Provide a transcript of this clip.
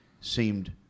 seemed